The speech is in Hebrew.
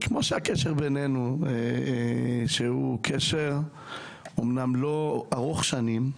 הקשר בינינו אמנם לא ארוך שנים,